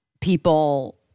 people